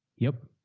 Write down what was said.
yup.